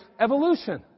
evolution